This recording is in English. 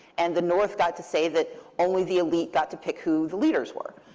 and the north got to say that only the elite got to pick who the leaders were.